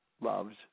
loves